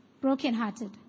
brokenhearted